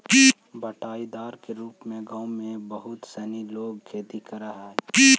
बँटाईदार के रूप में गाँव में बहुत सनी लोग खेती करऽ हइ